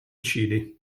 chili